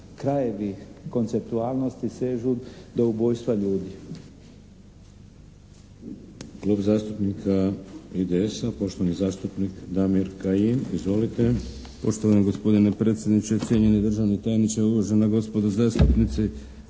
krajevi konceptualnosti sežu do ubojstva ljudi.